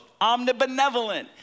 omnibenevolent